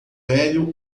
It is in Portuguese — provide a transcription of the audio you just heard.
velho